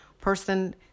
person